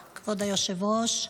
היושב-ראש,